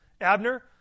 Abner